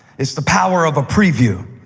it's the power of a preview.